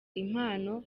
impano